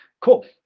Cool